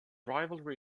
rivalry